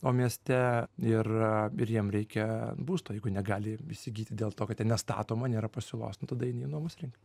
o mieste ir ir jiem reikia būsto jeigu negali įsigyti dėl to kad ten nestatoma nėra pasiūlos nu tada eini į nuomos rinką